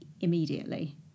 immediately